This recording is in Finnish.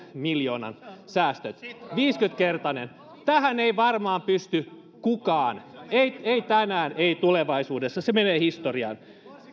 miljoonan säästöt viisikymmentä kertainen tähän ei varmaan pysty kukaan ei ei tänään ei tulevaisuudessa se menee historiaan